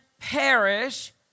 perish